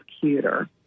cuter